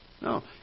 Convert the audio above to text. No